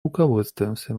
руководствуемся